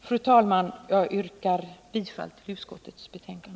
Fru talman! Jag yrkar bifall till utskottets hemställan.